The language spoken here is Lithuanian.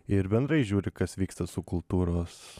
ir bendrai žiūri kas vyksta su kultūros